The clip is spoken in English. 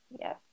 Yes